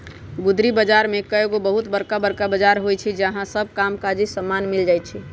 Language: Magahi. गुदरी बजार में एगो बहुत बरका बजार होइ छइ जहा सब काम काजी समान मिल जाइ छइ